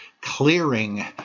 clearing